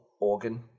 organ